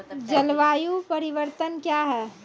जलवायु परिवर्तन कया हैं?